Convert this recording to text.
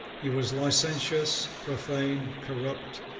he was licentious, profane, corrupt,